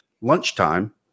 lunchtime